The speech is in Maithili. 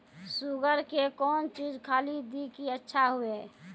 शुगर के कौन चीज खाली दी कि अच्छा हुए?